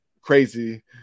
crazy